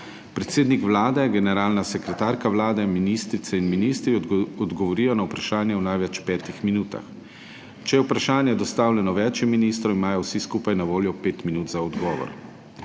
Predsednik Vlade, generalna sekretarka Vlade, ministrice in ministri odgovorijo na vprašanje v največ petih minutah. Če je vprašanje dostavljeno več ministrom, imajo vsi skupaj na voljo pet minut za odgovor.